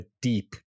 deep